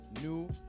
new